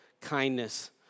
kindness